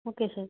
okay sir